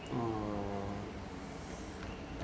mm